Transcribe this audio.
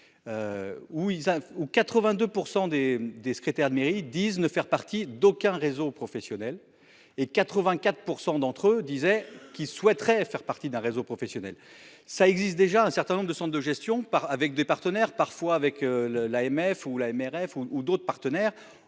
des des secrétaires de mairie disent ne faire partie d'aucun réseau professionnel et 84% d'entre eux disait qu'souhaiteraient faire partie d'un réseau professionnel. Ça existe déjà un certain nombre de de gestion par avec des partenaires parfois avec le l'AMF ou l'AMRF ou d'autres partenaires